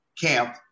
camp